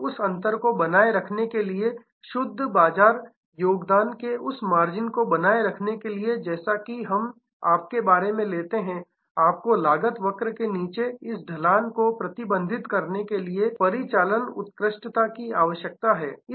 और उस अंतर को बनाए रखने के लिए शुद्ध बाजार योगदान के उस मार्जिन को बनाए रखने के लिए जैसा कि हम आपके बारे में लेते हैं आपको लागत वक्र के नीचे इस ढलान को प्रबंधित करने के लिए परिचालन उत्कृष्टता की आवश्यकता है